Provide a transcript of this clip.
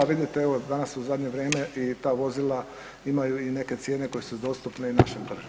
Vidite evo danas u zadnje vrijeme i ta vozila imaju i neke cijene koje su dostupne i našem tržištu.